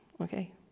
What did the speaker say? okay